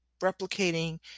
replicating